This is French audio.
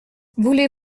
voulez